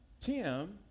Tim